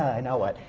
and now what!